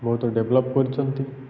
ବହୁତ ଡେଭଲପ୍ କରିଛନ୍ତି